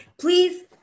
please